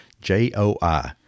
J-O-I